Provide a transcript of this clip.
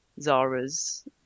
Zara's